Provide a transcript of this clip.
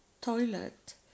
toilet